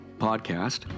podcast